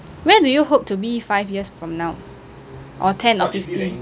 where do you hope to be five years from now or ten or fifteen